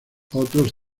otros